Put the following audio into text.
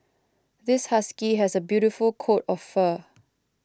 this husky has a beautiful coat of fur